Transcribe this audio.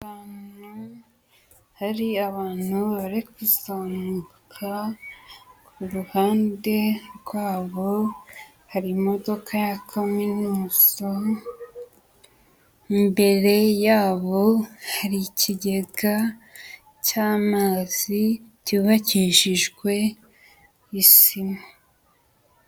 Hari abantu ba kuzamuka, ku ruhande rwabo, hari imodoka ya kaminuza, imbere yabo hari ikigega cy'amazi cyubakishijwe isima.